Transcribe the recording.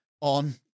on